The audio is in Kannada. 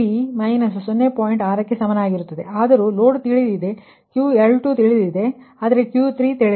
6ಕ್ಕೆ ಸಮನಾಗಿರುತ್ತದೆ ಆದರೂ ಲೋಡ್ ತಿಳಿದಿದೆ QL3 ತಿಳಿದಿದೆ ಆದರೆ Q3 ತಿಳಿದಿಲ್ಲ